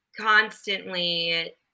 constantly